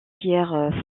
pierre